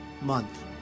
month